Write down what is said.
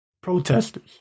protesters